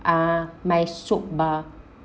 uh my soap bar